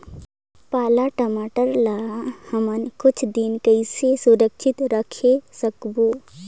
पाला टमाटर ला हमन कुछ दिन कइसे सुरक्षित रखे सकबो?